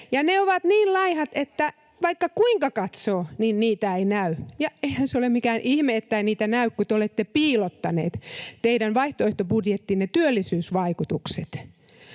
Ne ovat niin laihat, että vaikka kuinka katsoo, niin niitä ei näy. Eihän se ole mikään ihme, että niitä ei näy, kun te olette piilottaneet teidän vaihtoehtobudjettinne työllisyysvaikutukset.